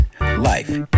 life